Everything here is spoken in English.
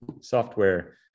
software